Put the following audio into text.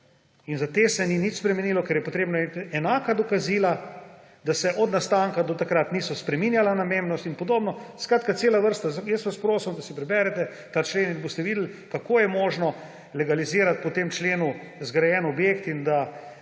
In za te se ni nič spremenilo, ker je treba imeti enaka dokazila, da se od nastanka do takrat niso spreminjala, namembnost in podobno, skratka cela vrsta. Jaz vas prosim, da si preberete ta člen, in boste videli, kako je mogoče legalizirati po tem členu zgrajen objekt, in da